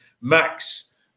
Max